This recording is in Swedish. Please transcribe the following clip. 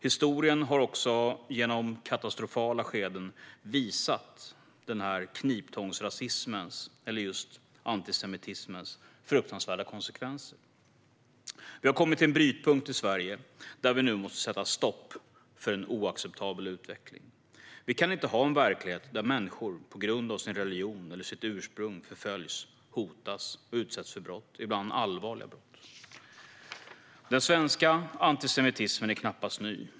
Historien har också genom katastrofala skeden visat denna kniptångsrasisms - eller just antisemitismens - fruktansvärda konsekvenser. Vi har i Sverige kommit till en brytpunkt där vi nu måste sätta stopp för en oacceptabel utveckling. Vi kan inte ha en verklighet där människor på grund av sin religion eller sitt ursprung förföljs, hotas och utsätts för brott - ibland allvarliga brott. Den svenska antisemitismen är knappast ny.